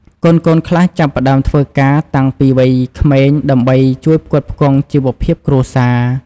កូនៗខ្លះចាប់ផ្តើមធ្វើការតាំងពីវ័យក្មេងដើម្បី ជួយផ្គត់ផ្គង់ជីវភាព គ្រួសារ។